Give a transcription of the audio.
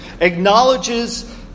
acknowledges